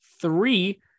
Three